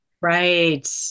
Right